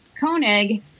Koenig